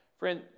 Friend